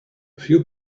few